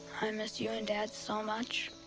i miss you and dad so much.